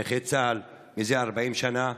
נכה צה"ל מזה 40 שנה,